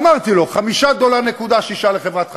אמרתי לו: 5.6 דולר לחברת החשמל,